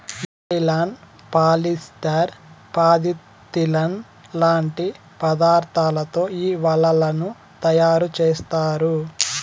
nylon, polyester, polyethylene లాంటి పదార్థాలతో ఈ వలలను తయారుచేత్తారు